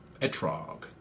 Etrog